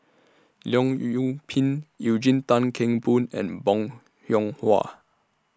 Leong Yoon Pin Eugene Tan Kheng Boon and Bong Hiong Hwa